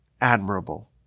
admirable